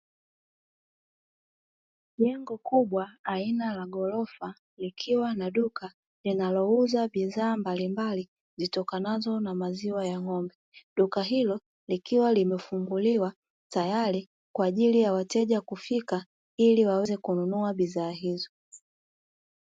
Jengo kubwa aina la ghorofa likiwa na duka linalouza bidhaa mbalimbali zitokanazo na maziwa ya ng'ombe. Duka hilo likiwa limefunguliwa tayari kwa ajili ya wateja kufika ili waweze kununua bidhaa hizo.